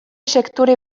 sektore